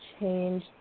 change